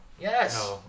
Yes